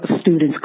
students